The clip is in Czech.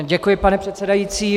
Děkuji, pane předsedající.